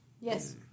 Yes